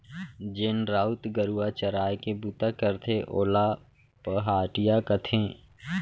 जेन राउत गरूवा चराय के बूता करथे ओला पहाटिया कथें